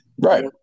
Right